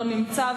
לא נמצא.